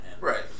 Right